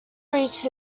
reached